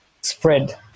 spread